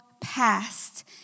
past